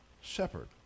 shepherd